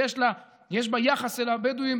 שיש בה יחס אל הבדואים